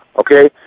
Okay